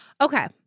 Okay